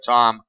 Tom